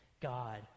God